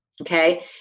okay